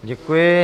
Děkuji.